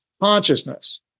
consciousness